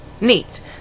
Neat